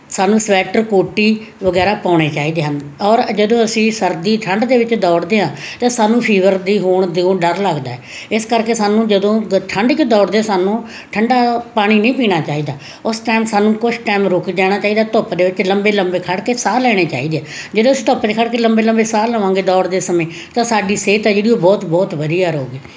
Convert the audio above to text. ਸਾਨੂੰ ਸਵੈਟਰ ਕੋਟੀ ਵਗੈਰਾ ਪਾਉਣੇ ਚਾਹੀਦੇ ਹਨ ਔਰ ਜਦੋਂ ਅਸੀਂ ਸਰਦੀ ਠੰਡ ਦੇ ਵਿੱਚ ਦੌੜਦੇ ਆਂ ਤੇ ਸਾਨੂੰ ਫੀਵਰ ਦੀ ਹੋਣ ਤੋਂ ਡਰ ਲੱਗਦਾ ਇਸ ਕਰਕੇ ਸਾਨੂੰ ਜਦੋਂ ਠੰਡ ਚ ਦੌੜਦੇ ਸਨ ਠੰਡਾ ਪਾਣੀ ਨਹੀਂ ਪੀਣਾ ਚਾਹੀਦਾ ਉਸ ਟਾਈਮ ਸਾਨੂੰ ਕੁਝ ਟਾਈਮ ਰੁਕ ਜਾਣਾ ਚਾਹੀਦਾ ਧੁੱਪ ਦੇ ਵਿੱਚ ਲੰਬੇ ਲੰਬੇ ਖੜ ਕੇ ਸਾਹ ਲੈਣੇ ਚਾਹੀਦੇ ਜਦੋਂ ਅਸੀਂ ਧੁੱਪ 'ਤੇ ਖੜ ਕੇ ਲੰਬੇ ਲੰਬੇ ਸਾਹ ਲਵਾਂਗੇ ਦੌੜ ਦੇ ਸਮੇਂ ਤੇ ਸਾਡੀ ਸਿਹਤ ਜਿਹੜੀ ਉਹ ਬਹੁਤ ਬਹੁਤ ਵਧੀਆ ਰਹੁੰਗੀ